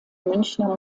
münchner